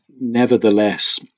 nevertheless